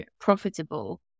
profitable